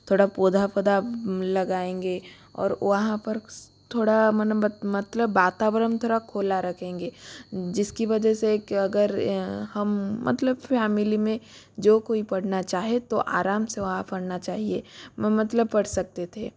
थोड़ा पौधा पौधा लगाएंगे और वहाँ पर स थोड़ा मन मत मतलब वातावरण थोड़ा खुला रखेंगे जिसकी वजह से कि अगर हम मतलब फ़ैमिली में जो कोई पढ़ना चाहे तो आराम से वहाँ पढ़ना चाहिए म मतलब पढ़ सकते थे